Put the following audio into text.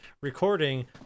recording